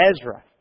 Ezra